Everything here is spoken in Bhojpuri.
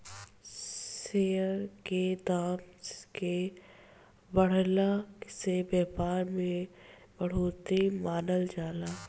शेयर के दाम के बढ़ला से व्यापार में बढ़ोतरी मानल जाला